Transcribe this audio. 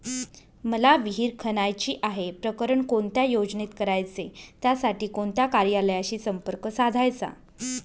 मला विहिर खणायची आहे, प्रकरण कोणत्या योजनेत करायचे त्यासाठी कोणत्या कार्यालयाशी संपर्क साधायचा?